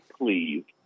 please